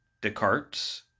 Descartes